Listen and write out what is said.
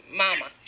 mama